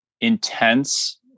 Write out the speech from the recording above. intense